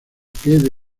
quede